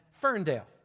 Ferndale